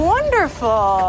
Wonderful